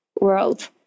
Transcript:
world